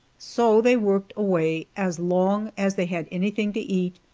so they worked away as long as they had anything to eat,